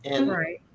Right